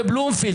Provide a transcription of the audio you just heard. בבלומפילד,